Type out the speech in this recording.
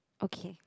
okay